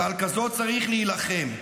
ועל כזה צריך להילחם,